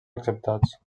acceptats